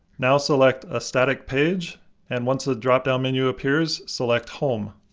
now select a static page and once the dropdown menu appears, select home.